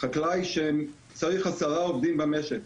חקלאי שצריך עשרה עובדים במשק,